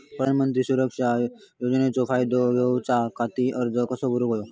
प्रधानमंत्री सुरक्षा योजनेचो फायदो घेऊच्या खाती अर्ज कसो भरुक होयो?